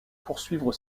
poursuivre